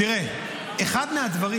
תראה, אחד מהדברים